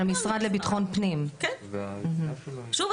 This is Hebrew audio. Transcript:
המנכ"ל של המשרד לביטחון פנים.